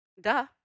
duh